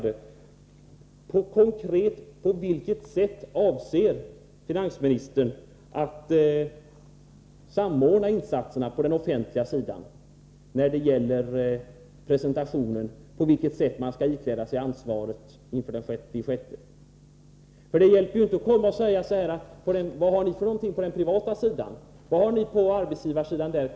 En konkret fråga: På vilket sätt avser finansministern att samordna insatserna på den offentliga sidan när det gäller presentationen? På vilket sätt skall man ikläda sig ansvaret inför den 6 juni? Det hjälper ju inte att fråga: Vad har ni på den privata sidan, vad har ni på arbetsgivarsidan kommit med?